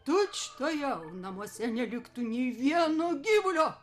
tučtuojau namuose neliktų nei vieno gyvulio